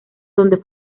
donde